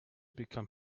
become